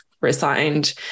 resigned